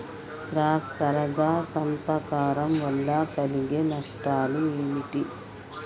Cross పరాగ సంపర్కం వల్ల కలిగే నష్టాలు ఏమిటి?